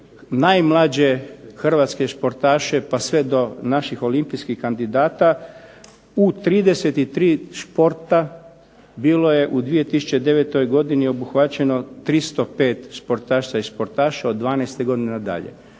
najmlađe hrvatske športaše pa sve do naših olimpijskih kandidata. U 33 sporta bilo je u 2009. godini obuhvaćeno 305 športašica i športaša od 12. godine na dalje.